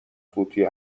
فوتی